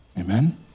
Amen